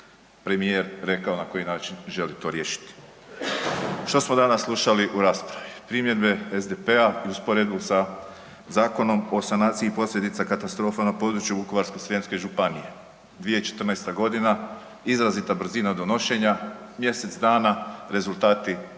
premijer je rekao na koji način želi to riješiti. Što smo danas slušali u raspravi? Primjedbe SDP-a i usporedbu sa Zakonom o sanaciji posljedica katastrofa na području Vukovarsko-srijemske županije. 2014.g., izrazita brzina donošenja, mjesec dana, rezultati,